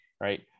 right